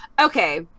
Okay